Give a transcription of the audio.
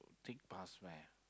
take bus where